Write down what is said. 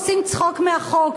עושים צחוק מהחוק.